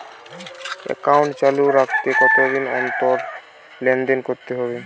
Account চালু রাখতে কতদিন অন্তর লেনদেন করতে হবে?